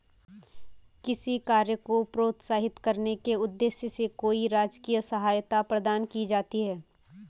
किसी कार्य को प्रोत्साहित करने के उद्देश्य से कोई राजकीय सहायता प्रदान की जाती है